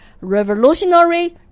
revolutionary